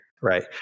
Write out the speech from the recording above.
right